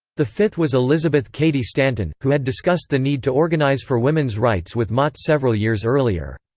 the fifth was elizabeth cady stanton, who had discussed the need to organize for women's rights with mott several years earlier.